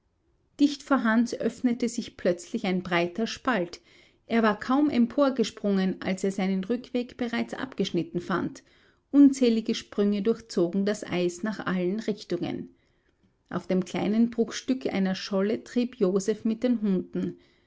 dicht vor hans öffnete sich plötzlich ein breiter spalt er war kaum emporgesprungen als er seinen rückweg bereits abgeschnitten fand unzählige sprünge durchzogen das eis nach allen richtungen auf dem kleinen bruchstück einer scholle trieb joseph mit den hunden